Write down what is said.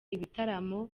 ibitaramo